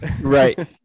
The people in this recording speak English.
right